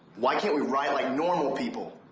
why can't we write like normal people?